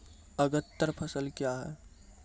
अग्रतर फसल क्या हैं?